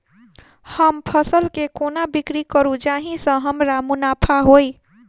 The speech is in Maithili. हम फसल केँ कोना बिक्री करू जाहि सँ हमरा मुनाफा होइ?